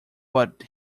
but